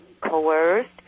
coerced